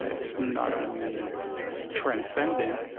it's not only transcendent,